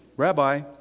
Rabbi